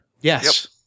Yes